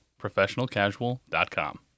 ProfessionalCasual.com